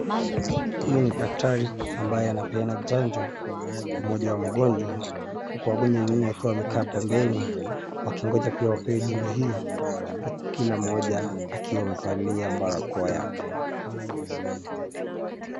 Huyu ni daktari ambaye anapeana chanjo kwa mmoja wa mgonjwa, huku wagonjwa wengine wakiwa wamekaa pembeni wakingoja pia wapewe huduma hiyo, huku kila mmoja akiwa amevalia barakoa yake.